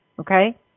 okay